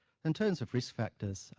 in terms of risk factors,